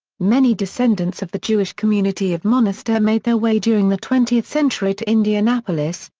many descendants of the jewish community of monastir made their way during the twentieth century to indianapolis,